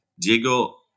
Diego